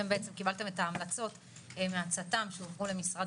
קיבלתם את ההמלצות מהצט"ם שהועברו למשרד